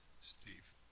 Steve